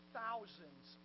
thousands